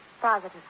Positive